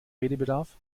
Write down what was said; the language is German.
redebedarf